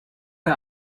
der